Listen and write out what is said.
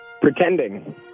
Pretending